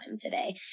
today